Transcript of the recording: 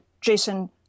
Jason